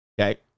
Okay